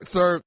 Sir